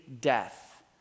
death